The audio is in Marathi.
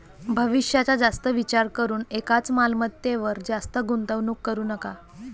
भविष्याचा जास्त विचार करून एकाच मालमत्तेवर जास्त गुंतवणूक करू नका